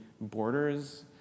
borders